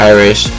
Irish